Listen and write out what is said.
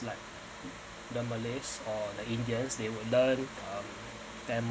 like the malays or the indians they would learn uh tamil